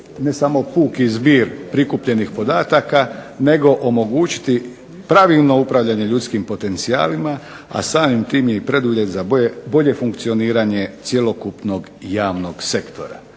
ne samo puki zbir prikupljenih podataka nego omogućiti pravilno upravljanje ljudskim potencijalima, a samim tim i preduvjet za bolje funkcioniranje cjelokupnog javnog sektora.